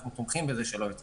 אנחנו תומכים שלא יהיה הסימון.